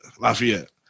lafayette